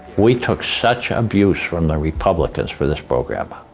we took such abuse from the republicans for this program.